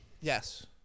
Yes